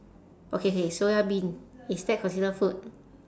okay K soya bean is that considered food